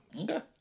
Okay